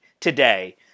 today